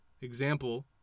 example